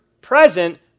present